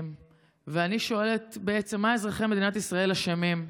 ואני שואלת: מה אזרחי מדינת ישראל אשמים?